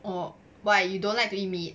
oh why you don't like to eat meat